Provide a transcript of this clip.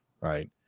Right